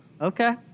okay